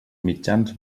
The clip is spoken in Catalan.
mitjans